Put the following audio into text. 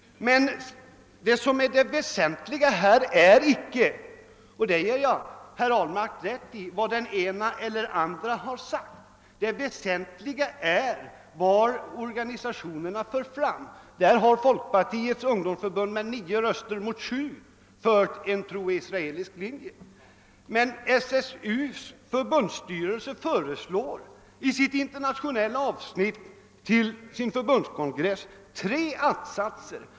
Men det som är det väsentliga här är icke — och det ger jag herr Ahlmark rätt i — vad den ene eller andre har sagt. Det väsentliga är vad organisationerna för fram. Folkpartiets ungdomsförbund har med 9 röster mot 7 drivit en pro-israelisk linje. SSU:s förbundsstyrelse föreslår i det internationella avsnittet i sitt yttrande till förhundskongressen tre att-satser.